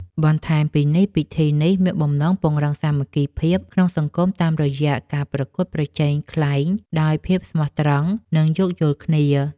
បន្ថែមពីនេះ ពិធីនេះមានបំណងពង្រឹងសាមគ្គីភាពក្នុងសង្គមតាមរយៈការប្រកួតប្រជែងខ្លែងដោយភាពស្មោះត្រង់ និងយោគយល់គ្នា។